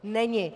Není.